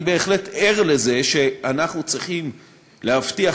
אני בהחלט ער לזה שאנחנו צריכים להבטיח